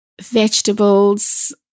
vegetables